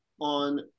on